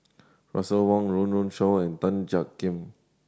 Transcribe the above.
Russel Wong Run Run Shaw and Tan Jiak Kim